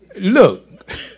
Look